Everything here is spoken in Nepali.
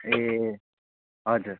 ए हजुर